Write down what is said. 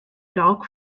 dog